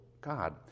God